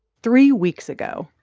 three weeks ago,